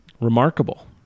Remarkable